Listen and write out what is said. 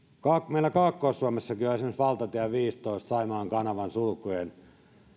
meillä kaakkois suomessakin on esimerkiksi valtatie viisitoista saimaan kanavan sulkujen